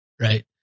Right